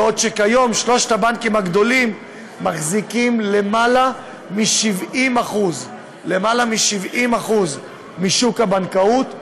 ואילו כיום שלושת הבנקים הגדולים מחזיקים למעלה מ-70% משוק הבנקאות,